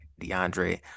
DeAndre